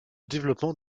développement